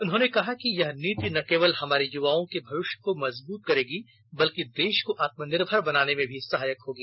उन्होंने कहा कि यह नीति न केवल हमारे युवाओं के भविष्य को मजबूत करेगी बल्कि देश को आत्मनिर्भर बनाने में भी सहायक होगी